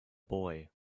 boy